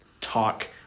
talk